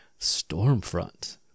Stormfront